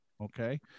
Okay